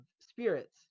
spirits